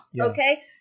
okay